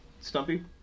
Stumpy